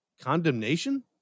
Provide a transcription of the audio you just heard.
condemnation